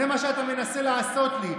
זה מה שאתה מנסה לעשות לי.